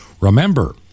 Remember